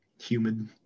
humid